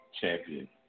Champion